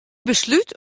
beslút